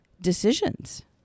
decisions